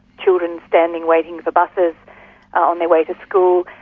children standing waiting for buses on their way to school,